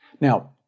Now